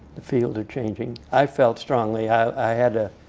the field is changing. i felt strongly, i had a